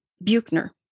Buchner